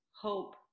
hope